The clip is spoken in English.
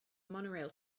monorail